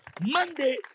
Monday